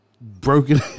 broken